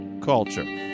Culture